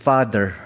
Father